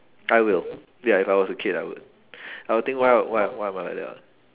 I will ya if I was a kid I would I will think why I why am I like that orh